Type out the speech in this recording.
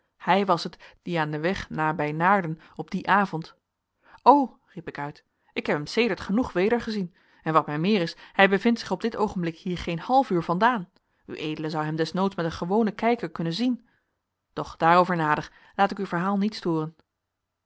hij was het die aan den weg nabij naarden op dien avond o riep ik uit ik heb hem sedert genoeg weder gezien en wat meer is hij bevindt zich op dit oogenblik hier geen half uur vandaan ued zoude hem desnoods met een gewonen kijker kunnen zien doch daarover nader laat ik uw verhaal niet storen